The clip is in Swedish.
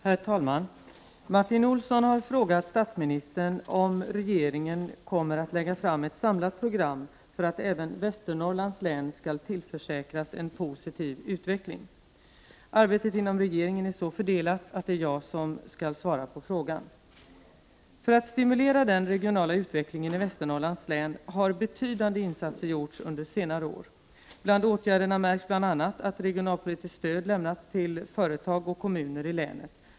Herr talman! Martin Olsson har frågat statsministern om regeringen kommer att lägga fram ett samlat program för att även Västernorrlands län skall tillförsäkras en positiv utveckling. Arbetet inom regeringen är så fördelat att det är jag som skall svara på frågan. För att stimulera den regionala utvecklingen i Västernorrlands län har betydande insatser gjorts under senare år. Bland åtgärderna märks att regionalpolitiskt stöd lämnats till företag och kommuner i länet.